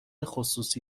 خصوصی